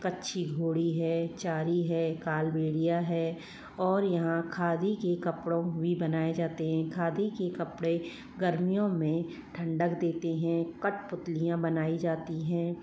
कच्ची घोड़ी है चारी है कालबेलिया है और यहाँ खादी के कपड़ों भी बनाए जाते हैं खादी के कपड़े गर्मियों में ठंडक देते हैं कठपुतलियां बनाई जाती हैं